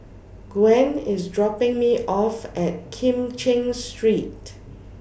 Gwen IS dropping Me off At Kim Cheng Street